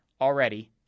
already